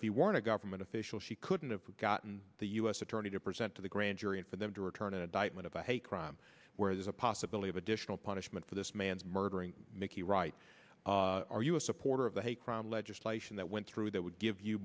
he weren't a government official she couldn't have gotten the u s attorney to present to the grand jury and for them to return an indictment of a hate crime where there's a possibility of additional punishment for this man's murdering mickey right are you a supporter of the hate crime legislation that went through that would give you